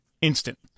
instant